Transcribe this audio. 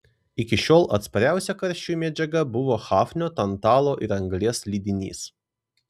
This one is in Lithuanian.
iki šiol atspariausia karščiui medžiaga buvo hafnio tantalo ir anglies lydinys